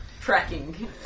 tracking